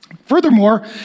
Furthermore